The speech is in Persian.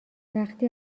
وقتی